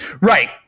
Right